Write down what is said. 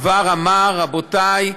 כבר אמר: רבותי,